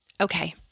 Okay